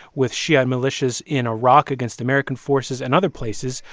with shia militias in iraq against american forces and other places,